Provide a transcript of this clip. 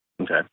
Okay